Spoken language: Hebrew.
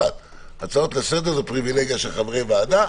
הצעות לסדר זה פריבילגיה של חברי הוועדה.